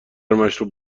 مشروب